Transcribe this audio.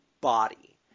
body